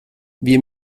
wir